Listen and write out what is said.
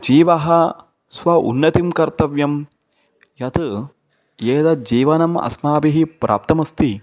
जीवः स्व उन्नतिं कर्तव्यं यत् एतज्जीवनम् अस्माभिः प्राप्तमस्ति